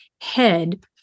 head